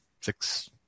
six